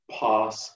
pass